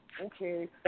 Okay